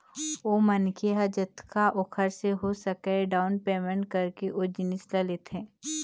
ओ मनखे ह जतका ओखर से हो सकय डाउन पैमेंट करके ओ जिनिस ल लेथे